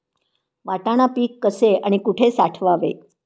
वाटाणा पीक कसे आणि कुठे साठवावे?